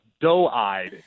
doe-eyed